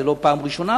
זו לא פעם ראשונה,